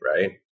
Right